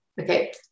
okay